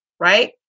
Right